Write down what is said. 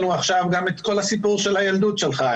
עכשיו גם את כל הסיפור של הילדות שלך,